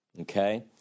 Okay